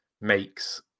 makes